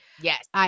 Yes